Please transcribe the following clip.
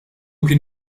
kien